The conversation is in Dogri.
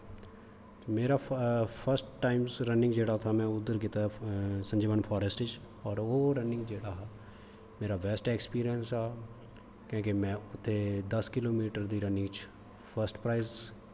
ते मेरा फस्ट टाईम रनिंग जेह्ड़ा हा में उद्दर कीता हा संजीबन फॉरैस्ट च ते ओह् जेह्ड़ा हा मेरा बैस्ट अक्सपिरिंस हा ते में उत्थें दस कीलो मीटर दी रंनिंग च फस्ट प्राईज़